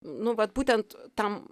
nu va būtent tam